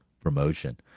promotion